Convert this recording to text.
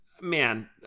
man